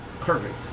perfect